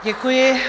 Děkuji.